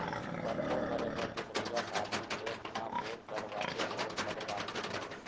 पल्लो करे बर दुसरइया साधन खेत म बोर करवा के घलोक करे जाथे